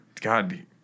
God